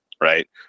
right